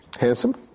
Handsome